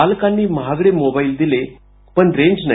पालकांनी महागडे मोबाईल दिले पण रेंज नाही